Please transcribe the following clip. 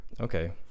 Okay